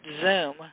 Zoom